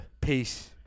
Peace